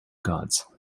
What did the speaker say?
guards